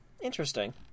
interesting